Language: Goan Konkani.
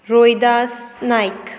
रोहीदास नायक